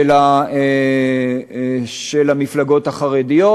המפלגות החרדיות.